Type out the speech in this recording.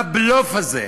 מה הבלוף הזה?